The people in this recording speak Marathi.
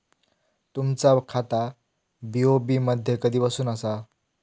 तुमचा खाता बी.ओ.बी मध्ये कधीपासून आसा?